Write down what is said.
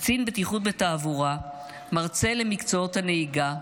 קצין בטיחות בתעבורה, מרצה למקצועות הנהיגה,